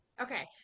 okay